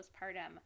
postpartum